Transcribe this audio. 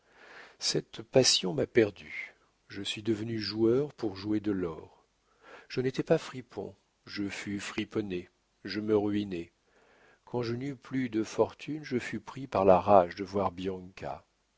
cette passion m'a perdu je suis devenu joueur pour jouer de l'or je n'étais pas fripon je fus friponné je me ruinai quand je n'eus plus de fortune je fus pris par la rage de voir